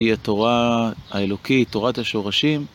היא התורה האלוקית, תורת השורשים.